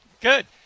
good